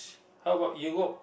how about Europe